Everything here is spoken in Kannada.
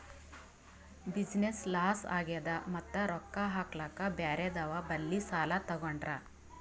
ಬಿಸಿನ್ನೆಸ್ ಲಾಸ್ ಆಗ್ಯಾದ್ ಮತ್ತ ರೊಕ್ಕಾ ಹಾಕ್ಲಾಕ್ ಬ್ಯಾರೆದವ್ ಬಲ್ಲಿ ಸಾಲಾ ತೊಗೊಂಡ್ರ